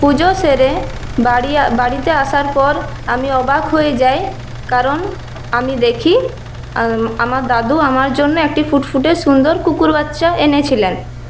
পুজো সেরে বাড়ি বাড়িতে আসার পর আমি অবাক হয়ে যাই কারণ আমি দেখি আমার দাদু আমার জন্য একটি ফুটফুটে সুন্দর কুকুর বাচ্চা এনেছিলেন